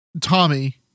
Tommy